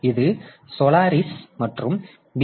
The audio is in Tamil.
எனவே இது சோலாரிஸ் மற்றும் பி